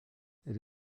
elle